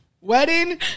wedding